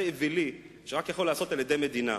אווילי שרק יכול להיעשות על-ידי מדינה,